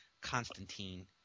Constantine